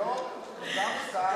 גם שר,